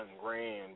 grand